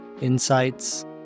insights